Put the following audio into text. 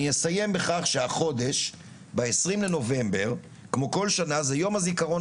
אני אסיים בכך שב-20 בנובמבר כמו כל שנה זה יום הזיכרון